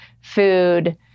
food